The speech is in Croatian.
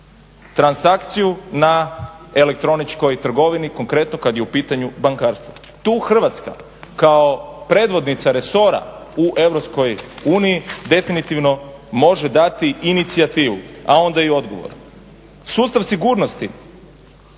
transakciju na elektroničkoj trgovini konkretno kad je u pitanju bankarstvo. Tu Hrvatska kao predvodnica resora u EU definitivno može dati inicijativu a onda i odgovor.